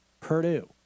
Purdue